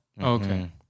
Okay